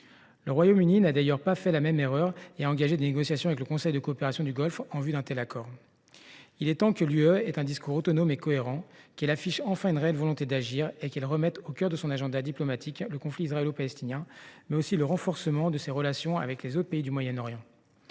Le Royaume Uni n’a d’ailleurs pas fait la même erreur et a engagé des négociations avec le Conseil de coopération du Golfe en vue d’un tel accord. Il est temps que l’Union ait un discours autonome et cohérent, qu’elle affiche enfin une réelle volonté d’agir et qu’elle remette au cœur de son agenda diplomatique le conflit israélo palestinien, mais aussi le renforcement de ses relations avec les autres pays du Moyen Orient.